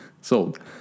Sold